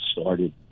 started